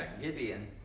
Gideon